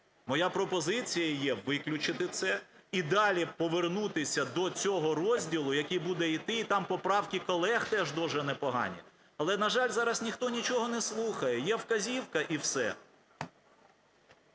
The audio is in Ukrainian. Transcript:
Моя пропозиція є виключити це і далі повернутися до цього розділу, який буде іти, там поправки колег теж дуже непогані. Але, на жаль, зараз ніхто нічого не слухає, є вказівка і все.